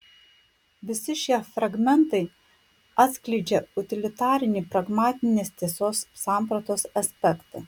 visi šie fragmentai atskleidžia utilitarinį pragmatinės tiesos sampratos aspektą